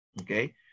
Okay